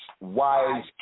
wise